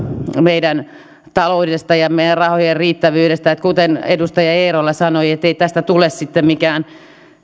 meidän taloudesta ja meidän rahojen riittävyydestä ettei kuten edustaja eerola sanoi tästä tule sitten mikään